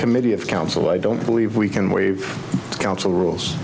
committee of council i don't believe we can waive council rules